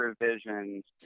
revisions